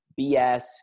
BS